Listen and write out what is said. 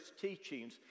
teachings